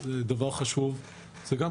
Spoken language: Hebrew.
זאת האמונה שלי,